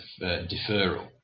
deferral